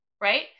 right